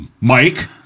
Mike